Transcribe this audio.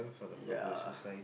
ya